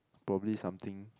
probably something